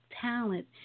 talent